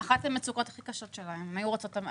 הכי קל זה להכניס את היד לכיס החוסך.